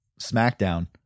SmackDown